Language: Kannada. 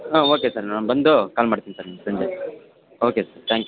ಹಾಂ ಓಕೆ ಸರ್ ನಾ ಬಂದು ಕಾಲ್ ಮಾಡ್ತಿನಿ ಸರ್ ನಿಮ್ಗೆ ಸಂಜೆ ಓಕೆ ಸರ್ ತ್ಯಾಂಕ್ ಯು